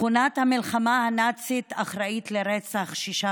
מכונת המלחמה הנאצית אחראית לרצח שישה